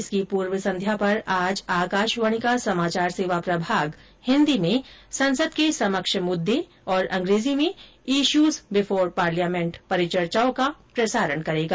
इसकी पूर्व संध्या पर आज आकाशवाणी का समाचार सेवा प्रभाग हिन्दी में संसद के समक्ष मुद्दे और अंग्रेजी में इश्यूज बिफोर पार्लियामेंट परिचर्चाओं का प्रसारण करेगा